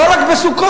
לא רק בסוכות,